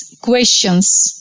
questions